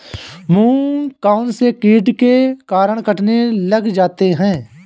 मूंग कौनसे कीट के कारण कटने लग जाते हैं?